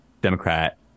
Democrat